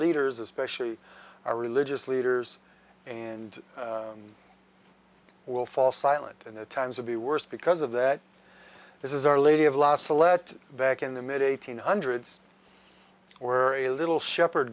leaders especially our religious leaders and will fall silent in the times of the worst because of that this is our lady of lhasa let back in the mid eighty's hundreds or a little shepherd